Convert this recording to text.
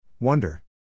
Wonder